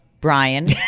Brian